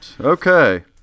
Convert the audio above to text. okay